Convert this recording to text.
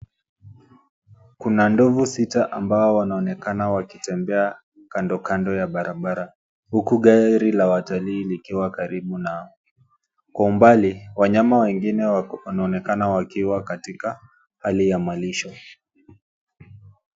Kuna ndovu sita ambao wanaonekana wakitembea kandokando ya barabara huku gari la watalii likiwa karibu nao. Kwa umbali wanyama wengine wanaonekana wakiwa katika hali ya malisho.